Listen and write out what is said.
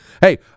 Hey